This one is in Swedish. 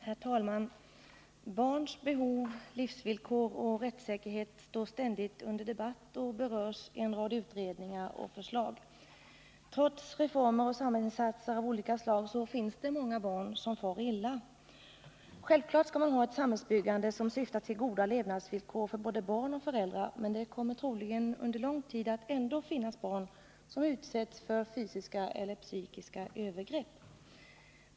Herr talman! Barns behov. livsvillkor och rätts erhet står ständigt under debatt och berörs i en rad utredningar och förslag. Trots reformer och samhäl insatser av olika slag finns det många barn som far illa. Självklart skall man ha ett samhällsbyggande som syftar till goda levnadsvillkor för både barn och föräldrar, men det kommer troligen under lång tid ändå att finnas barn som utsätts för fysiska eller psykiska övergrepp.